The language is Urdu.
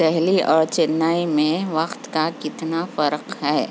دہلی اور چنئی میں وقت کا کتنا فرق ہے